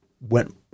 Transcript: went